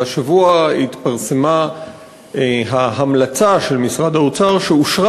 השבוע התפרסמה ההמלצה של משרד האוצר שאושרה